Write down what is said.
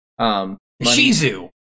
Shizu